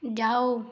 ਜਾਓ